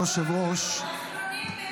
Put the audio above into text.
מי שנכנס אחרון, יוצא ראשון.